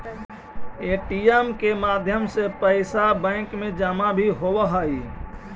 ATM के माध्यम से पैइसा बैंक में जमा भी होवऽ हइ